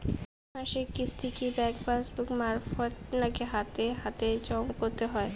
মাসিক কিস্তি কি ব্যাংক পাসবুক মারফত নাকি হাতে হাতেজম করতে হয়?